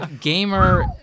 gamer